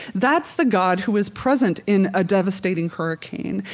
that's the god who is present in a devastating hurricane,